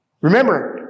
Remember